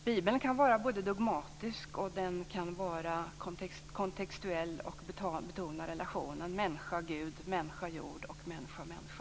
Bibeln kan vara både dogmatisk och kontextuell och betona relationen människa-Gud, människa-jord och människa-människa.